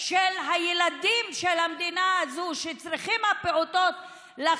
של הילדים של המדינה הזאת שהפעוטות צריכים